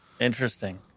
Interesting